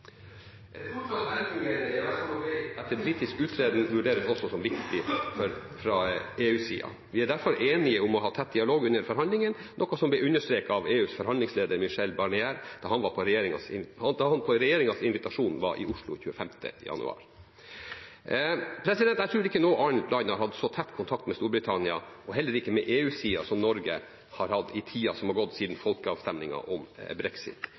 Et fortsatt velfungerende EØS-samarbeid etter britisk uttreden vurderes også som viktig for EU-siden. Vi er derfor enige om å ha tett dialog under forhandlingene, noe som ble understreket av EUs forhandlingsleder, Michel Barnier, da han på regjeringens invitasjon var i Oslo 25. januar. Jeg tror ikke noe annet land har hatt så tett kontakt med Storbritannia, og heller ikke med EU-siden, som Norge har hatt i tiden som har gått siden folkeavstemningen om brexit.